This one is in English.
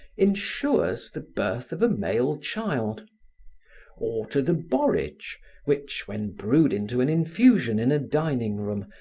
insures the birth of a male child or to the borage which, when brewed into an infusion in a dining room,